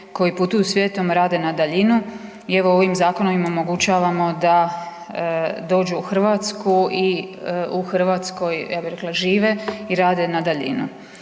koja putuju svijetom, rade na daljinu i evo, ovim zakonom im omogućavamo da dođu u Hrvatskoj i u Hrvatskoj, ja bih rekla žive i rade na daljinu.